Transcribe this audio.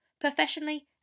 Professionally